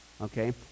okay